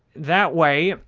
that way,